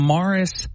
Morris